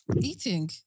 Eating